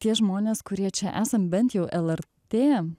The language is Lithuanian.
tie žmonės kurie čia esam bent jau lrt